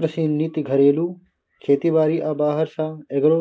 कृषि नीति घरेलू खेती बारी आ बाहर सँ एग्रो